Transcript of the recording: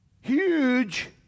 huge